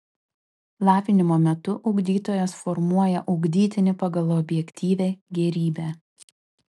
lavinimo metu ugdytojas formuoja ugdytinį pagal objektyvią gėrybę